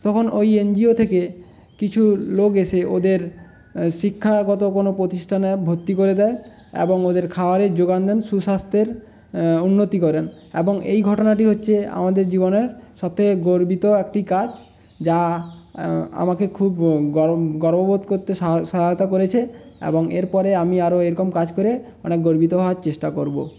তখন ওই এনজিও থেকে কিছু লোক এসে ওদের শিক্ষাগত কোনো প্রতিষ্ঠানে ভর্তি করে দেয় এবং ওদের খাওয়ারের জোগান দেন সুস্বাস্থ্যের উন্নতি করেন এবং এই ঘটনাটি হচ্ছে আমাদের জীবনের সব থেকে গর্বিত একটি কাজ যা আমাকে খুব গর্ববোধ করতে সহায়তা করেছে এবং এর পরে আমি আরো এরকম কাজ করে অনেক গর্বিত হওয়ার চেষ্টা করবো